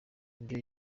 ibyo